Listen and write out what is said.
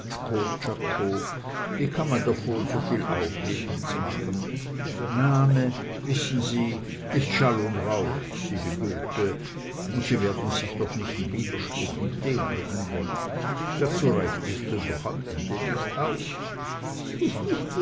wie kann man davon soviel aufhebens machen name wie sie wissen ist schall und rauch siehe goethe und sie werden sich doch nicht in widerspruch mit dem bringen wollen dazu reicht es denn doch am ende nicht aus